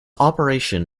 operation